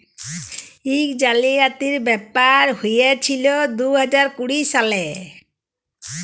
ইক জালিয়াতির ব্যাপার হঁইয়েছিল দু হাজার কুড়ি সালে